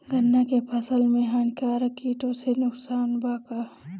गन्ना के फसल मे हानिकारक किटो से नुकसान बा का?